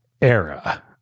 era